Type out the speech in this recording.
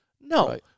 no